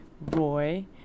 Roy